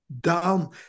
down